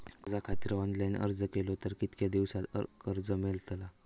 कर्जा खातीत ऑनलाईन अर्ज केलो तर कितक्या दिवसात कर्ज मेलतला?